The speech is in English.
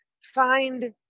find